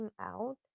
out